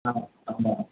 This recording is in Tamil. ஆ ஆமாம்